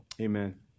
Amen